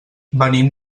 venim